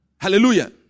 Hallelujah